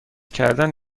کردن